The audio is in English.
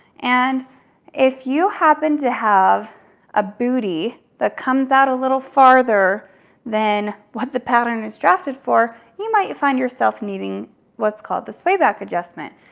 and if you happen to have a booty that comes out a little farther than what the pattern is drafted for, you might find yourself needing what's called the sway back adjustment,